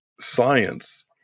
science